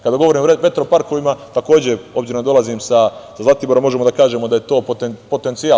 Kada govorimo o vetroparkovima, takođe, obzirom da dolazim sa Zlatibora, možemo da kažemo da je to veliki potencijal.